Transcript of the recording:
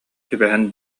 түбэһэн